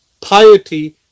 piety